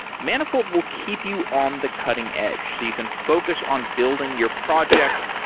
manifold will keep you on the cutting-edge, so you can focus on building your project,